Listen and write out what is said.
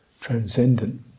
transcendent